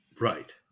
Right